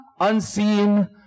unseen